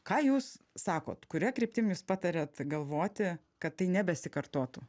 ką jūs sakot kuria kryptim jūs patariat galvoti kad tai nebesikartotų